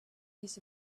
this